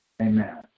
Amen